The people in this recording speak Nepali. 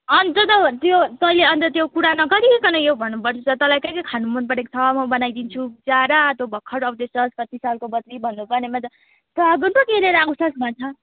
अन्त त त्यो त त्यो तैँले अन्त त्यो कुरा नगरिकन यो भन्नुपर्ने त तँलाई के के खान मनपरेको छ म बनाइदिन्छु विचरा तँ भर्खर आउँदैछस् कति सालको पछि भन्नुपर्नेमा त सगुन पो के लिएर आउँछस् भन्छ